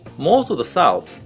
more to the south,